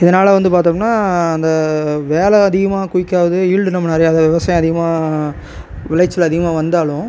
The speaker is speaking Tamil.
இதனால் வந்து பார்த்தோம்னா அந்த வேலை அதிகமாக குயிக்காவுது ஈல்டு நம்ம நிறையா அதாவது விவசாயம் அதிகமாக விளைச்சல் அதிகமாக வந்தாலும்